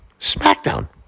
SmackDown